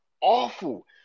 awful